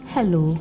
Hello